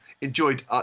enjoyed